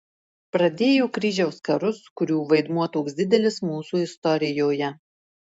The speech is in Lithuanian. pradėjo kryžiaus karus kurių vaidmuo toks didelis mūsų istorijoje